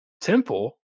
Temple